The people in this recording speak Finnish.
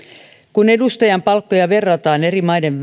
kun edustajien palkkoja verrataan eri maiden